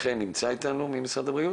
חן נמצאת איתנו, ממשרד הבריאות?